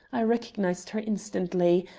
i recognized her instantly.